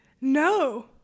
No